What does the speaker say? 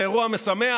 זה אירוע משמח,